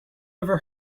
ever